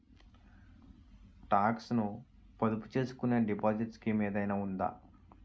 Talks ను పొదుపు చేసుకునే డిపాజిట్ స్కీం ఏదైనా ఉందా?